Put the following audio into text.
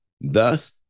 Thus